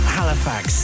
Halifax